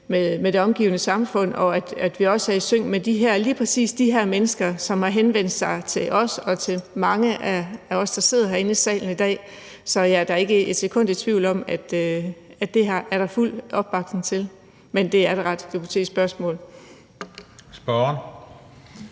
med det omgivende samfund, og at vi også er i sync med lige præcis de her mennesker, som har henvendt sig til os, også mange af os, der sidder herinde i salen i dag. Så jeg er da ikke et sekund i tvivl om, at det er der fuld opbakning til. Men det er et ret hypotetisk spørgsmål. Kl.